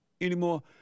anymore